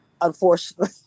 unfortunately